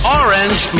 orange